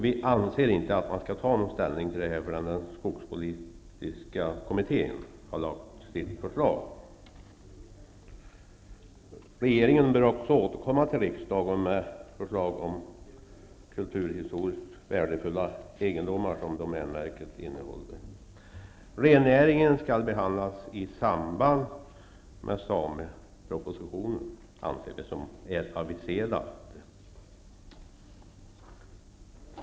Vi anser att man inte skall ta ställning i denna fråga förrän den skogspolitiska kommittén har lagt fram sitt förslag. Regeringen bör också återkomma till riksdagen med förslag om kulturhistoriska värdefulla egendomar som domänverket innehar. Rennäringen skall behandlas i samband med samepropositionen, anser vi.